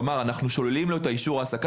כלומר אנו שוללים לו את אישור ההעסקה